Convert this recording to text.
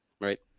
Right